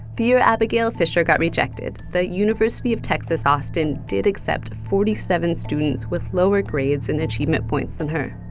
the year abigail fisher got rejected, the university of texas austin did accept forty-seven students with lower grades and achievement points than her.